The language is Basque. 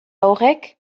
horrek